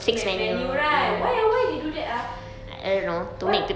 fixed menu right why ah why they do that ah what